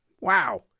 wow